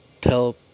tell